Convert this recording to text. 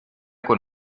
con